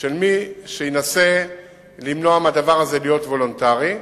של מי שינסה למנוע מהדבר הזה להיות וולונטרי,